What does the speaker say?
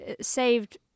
saved